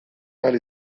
ahal